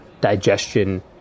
digestion